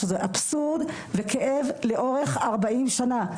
שזה אבסורד, וכאב לאורך ארבעים שנה.